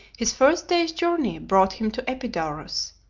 his first day's journey brought him to epidaurus,